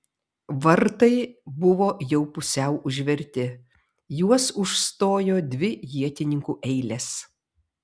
vartai buvo jau pusiau užverti juos užstojo dvi ietininkų eilės